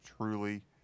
truly